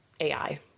AI